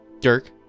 Dirk